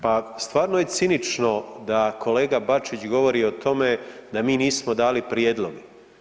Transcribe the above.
Pa stvarno je cinično da kolega Bačić govori o tome da mi nismo dali prijedloge.